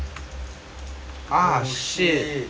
ah shit